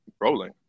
rolling